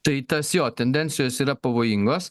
tai tas jo tendencijos yra pavojingos